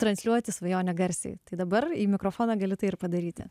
transliuoti svajonę garsiai tai dabar į mikrofoną gali tai ir padaryti